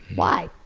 why?